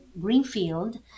Greenfield